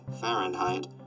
Fahrenheit